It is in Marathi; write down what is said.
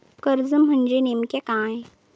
कर्ज म्हणजे नेमक्या काय?